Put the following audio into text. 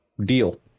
deal